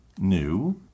new